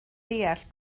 deall